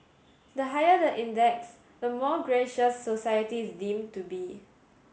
the higher the index the more gracious society is deemed to be